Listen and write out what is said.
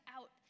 out